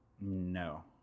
No